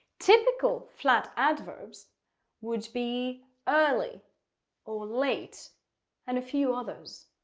typical flat adverbs would be early or late and a few others.